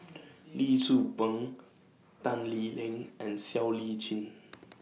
Lee Tzu Pheng Tan Lee Leng and Siow Lee Chin